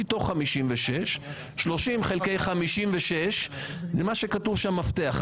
מתוך 56. 30 חלקי 56 אתם רואים את המפתח.